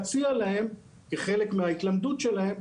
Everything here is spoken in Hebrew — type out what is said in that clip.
השאלה היא האם יש לכם את מה שצריך בשביל זה?